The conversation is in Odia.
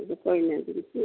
ସେ ବି କିଛି କହି ନାହାନ୍ତି କିଛି